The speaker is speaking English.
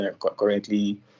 currently